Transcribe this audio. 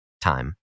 time